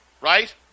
right